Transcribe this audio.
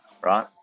Right